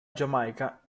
giamaica